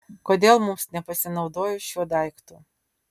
kodėl mums nepasinaudojus šiuo daiktu